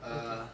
err